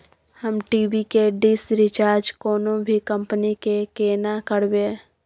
हम टी.वी के dish recharge कोनो भी कंपनी के केना करबे?